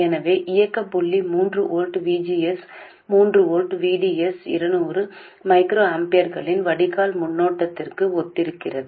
எனவே இயக்க புள்ளி மூன்று வோல்ட் V G S மூன்று வோல்ட் V D S 200 மைக்ரோஆம்பியர்களின் வடிகால் மின்னோட்டத்திற்கு ஒத்திருக்கிறது